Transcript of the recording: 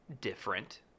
different